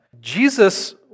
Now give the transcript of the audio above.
Jesus